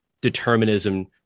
determinism